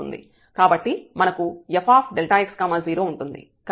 కాబట్టి మనకు fx0 ఉంటుంది